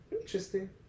Interesting